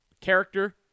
character